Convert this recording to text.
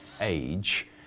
age